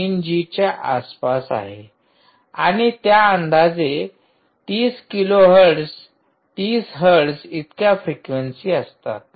3 G च्या आसपास आहे आणि त्या अंदाजे 30 किलोहर्ट्ज 30 हर्ट्ज इतक्या फ्रिक्वेन्सी असतात